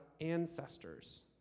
ancestors